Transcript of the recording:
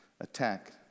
attack